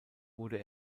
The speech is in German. wurde